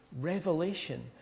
revelation